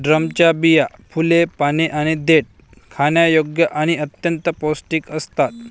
ड्रमच्या बिया, फुले, पाने आणि देठ खाण्यायोग्य आणि अत्यंत पौष्टिक असतात